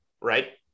right